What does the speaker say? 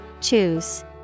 Choose